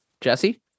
Jesse